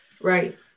Right